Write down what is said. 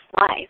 life